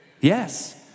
Yes